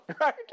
right